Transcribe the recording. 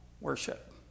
Worship